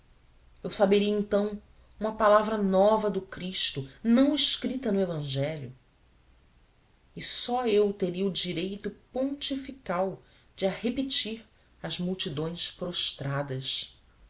eu saberia então uma palavra nova do cristo não escrita no evangelho e só eu teria o direito pontifical de a repelir às multidões prostradas